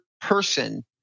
person